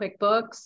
QuickBooks